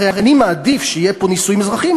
הרי אני מעדיף שיהיו פה נישואים אזרחיים,